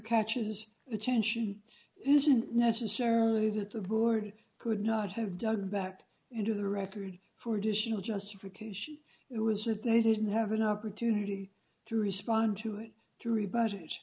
the tension isn't necessarily that the board could not have done that into the record for additional justification it was that they didn't have an opportunity to respond to a jury budge